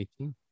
18